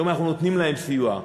היום אנחנו נותנים להן סיוע,